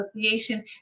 association